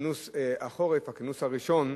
כנס החורף, הכנס הראשון,